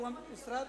שהוא המשרד